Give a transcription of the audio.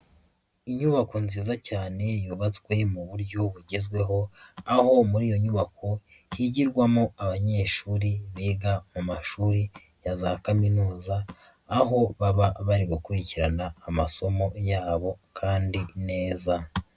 Inyubako nziza cyane yubatswe mu buryo bugezweho, aho muri iyo nyubako higirwamo abanyeshuri biga mu mashuri ya za kaminuza, aho baba bari gukurikirana amasomo yabo kandi neza.